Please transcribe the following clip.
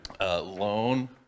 loan